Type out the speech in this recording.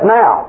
now